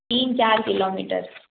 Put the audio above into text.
तीन चार किलोमीटर